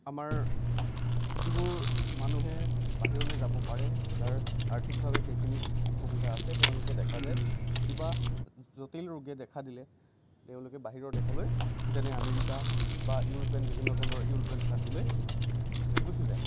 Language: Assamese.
আমাৰ যিবোৰ মানুহে বাহিৰলৈ যাব পাৰে যাৰ আৰ্থিকভাৱে সেইখিনি সুবিধা আছে তেওঁলোকে দেখা যায় কিবা জটিল ৰোগে দেখা দিলে তেওঁলোকে বাহিৰৰ দেশলৈ যেনে আমেৰিকা বা ইউৰোপীয়ান বিভিন্ন ধৰণৰ ইউৰোপীয়ান কাউণ্ট্ৰীলৈ গুচি যায়